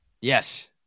yes